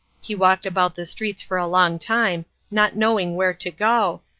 he walked about the streets for a long time, not knowing where to go,